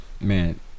Man